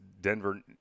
Denver